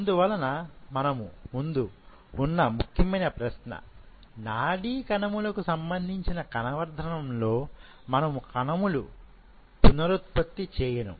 అందువలన మన ముందు ఉన్న ముఖ్యమైన ప్రశ్న నాడీ కణములకు సంబంధించిన కణ వర్ధనం లోమనము కణముల పునరుత్పత్తి చేయడం